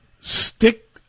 stick